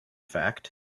fact